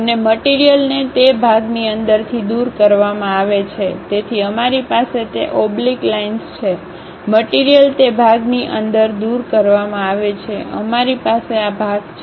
અને મટીરીયલને તે ભાગની અંદરથી દૂર કરવામાં આવે છે તેથી અમારી પાસે તે ઓબ્લીક લાઈનસ છે મટીરીયલ તે ભાગની અંદર દૂર કરવામાં આવે છે અમારી પાસે આ ભાગ છે